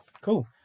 Cool